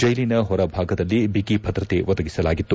ಜೈಲಿನ ಹೊರಭಾಗದಲ್ಲಿ ಬಿಗಿ ಭದ್ರತೆ ಒದಗಿಸಲಾಗಿತ್ತು